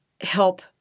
help